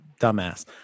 dumbass